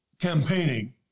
campaigning